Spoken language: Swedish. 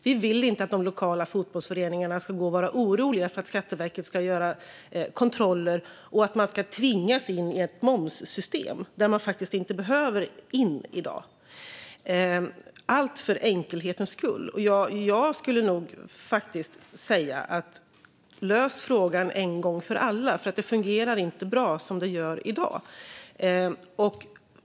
Vi vill inte att de lokala fotbollsföreningarna ska gå och vara oroliga för att Skatteverket ska göra kontroller och att man allt för enkelhetens skull ska tvingas in i ett momssystem där man i dag inte behöver gå in. Jag skulle nog säga: Lös frågan en gång för alla, för det fungerar inte bra som det gör i dag.